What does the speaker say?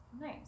Nice